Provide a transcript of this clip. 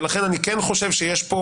ולכן אני כן חושב שיש פה